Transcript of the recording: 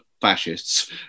fascists